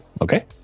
Okay